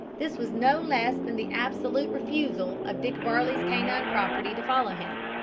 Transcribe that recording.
this was no less than the absolute refusal of dick varley's canine property to follow him.